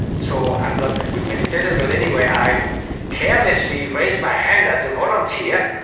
so i'm not a good meditator, but anyway i carelessly raised my hand as a volunteer,